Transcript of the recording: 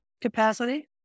capacity